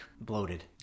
bloated